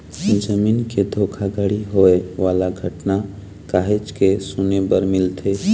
जमीन के धोखाघड़ी होए वाला घटना काहेच के सुने बर मिलथे